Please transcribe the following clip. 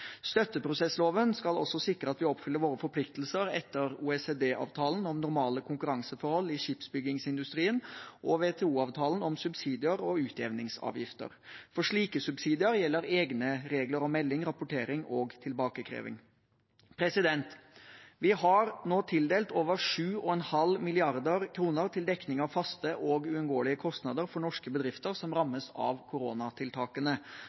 Støtteprosessloven skal også sikre at vi oppfyller våre forpliktelser etter OECD-avtalen om normale konkurranseforhold i skipsbyggingsindustrien og WTO-avtalen om subsidier og utjevningsavgifter. For slike subsidier gjelder egne regler om melding, rapportering og tilbakekreving. Vi har nå tildelt over 7,5 mrd. kr til dekning av faste og uunngåelige kostnader for norske bedrifter som rammes av koronatiltakene.